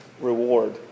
reward